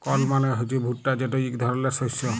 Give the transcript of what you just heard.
কর্ল মালে হছে ভুট্টা যেট ইক ধরলের শস্য